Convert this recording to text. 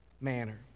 manner